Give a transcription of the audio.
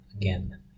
again